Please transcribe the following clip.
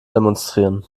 demonstrieren